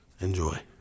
enjoy